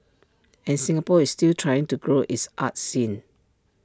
and Singapore is still trying to grow its arts scene